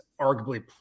arguably